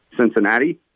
Cincinnati